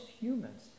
humans